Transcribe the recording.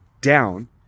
down